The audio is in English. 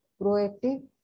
Proactive